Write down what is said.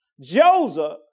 Joseph